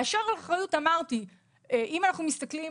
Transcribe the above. באשר לאחריות - אמרתי: אם אנחנו מסתכלים